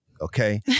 okay